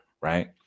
right